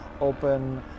open